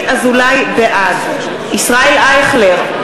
בעד ישראל אייכלר,